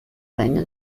regno